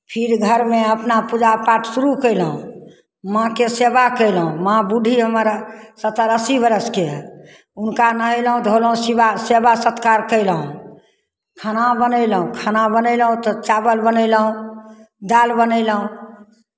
फेर घरमे अपना पूजा पाठ शुरू कयलहुँ माँके सेवा कयलहुँ माँ बुड्ढी हमर सत्तरि अस्सी बरसके हए हुनका नहयलहुँ धोलहुँ शिवा सेवा सत्कार कयलहुँ खाना बनयलहुँ खाना बनयलहुँ तऽ चावल बनयलहुँ दालि बनयलहुँ